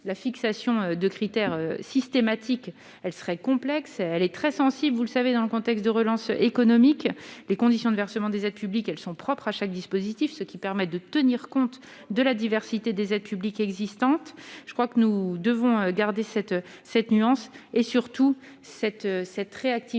la fixation de critères systématique, elle serait complexe, elle est très sensible, où vous le savez, dans le contexte de relance économique, les conditions de versement des aides publiques, elles sont propres à chaque dispositif, ce qui permet de tenir compte de la diversité des aides publiques existantes, je crois que nous devons garder cette cette nuance et surtout. Cette cette réactivité,